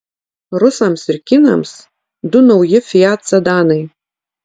rusams ir kinams du nauji fiat sedanai